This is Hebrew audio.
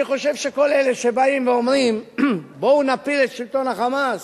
אני חושב שכל אלה שבאים ואומרים: בואו נפיל את שלטון ה"חמאס",